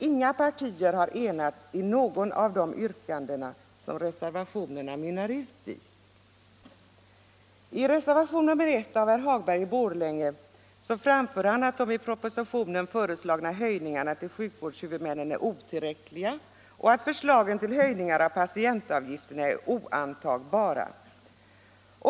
Inga partier har således enats i något av de yrkanden som reservationerna mynnar ut i. I reservation nr 1 säger herr Hagberg i Borlänge att de i propositionen föreslagna höjningarna till sjukvårdshuvudmännen är otillräckliga och att förslagen till höjningar är oantagbara.